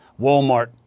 Walmart